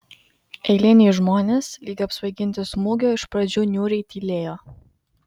eiliniai žmonės lyg apsvaiginti smūgio iš pradžių niūriai tylėjo